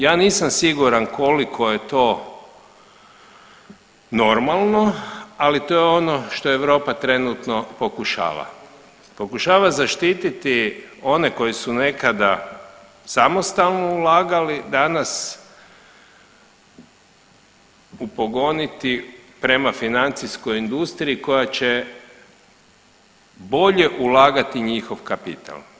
Ja nisam siguran koliko je to normalno, ali to je ono što Europa trenutno pokušava, pokušava zaštititi one koji su nekada samostalno ulagali, danas upogoniti prema financijskoj industriji koja će bolje ulagati njihov kapital.